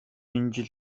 дандаа